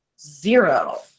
zero